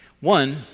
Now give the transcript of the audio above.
One